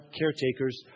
caretakers